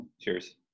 Cheers